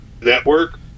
network